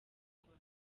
rwanda